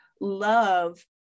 love